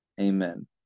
Amen